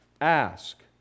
ask